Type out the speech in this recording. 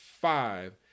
five